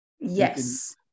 yes